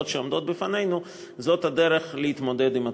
שעומדות בפנינו זה הדרך להתמודד עם התופעה.